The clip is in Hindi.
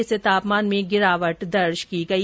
इससे तापमान में गिरावट दर्ज की गई